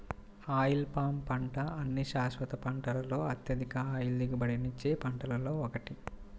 oil palm పంట అన్ని శాశ్వత పంటలలో అత్యధిక ఆయిల్ దిగుబడినిచ్చే పంటలలో ఒకటి